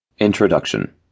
introduction